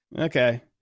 Okay